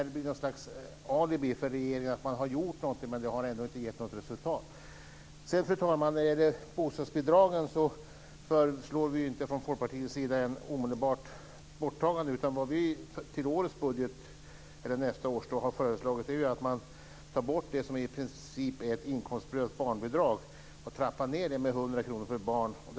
Det blir ett alibi för regeringen - man har gjort någonting, men det har ändå inte gett något resultat. Fru talman! Vi föreslår från Folkpartiets sida inte ett omedelbart borttagande av bostadsbidragen. Vi har för nästa års budget föreslagit att man med 100 kr per barn ska trappa ned det som i princip är ett inkomstprövat barnbidrag.